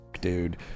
Dude